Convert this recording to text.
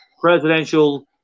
presidential